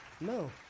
No